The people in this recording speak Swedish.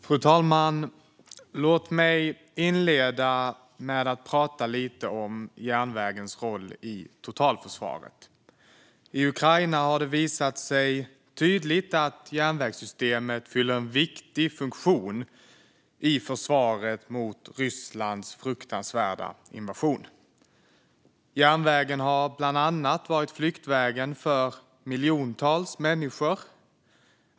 Fru talman! Låt mig inleda med att prata lite om järnvägens roll i totalförsvaret. I Ukraina har det tydligt visat sig att järnvägssystemet fyller en viktig funktion i försvaret mot Rysslands fruktansvärda invasion. Järnvägen har bland annat varit flyktvägen för miljontals människor.